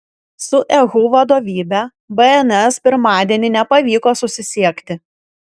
su ehu vadovybe bns pirmadienį nepavyko susisiekti